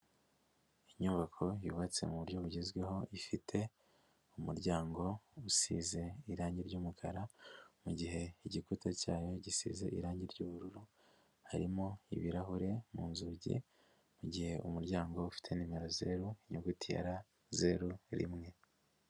Inyubako yubatse mu buryo bugezweho, ifite umuryango usize irangi ry'umukara, mu gihe ku igikuta cyayo gisize irangi ry'ubururu, harimo ibirahure mu nzugi, mu gihe umuryango ufite nimero zeru, inyuguti ya R, zeru rimwe.